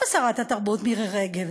איפה שרת התרבות מירי רגב?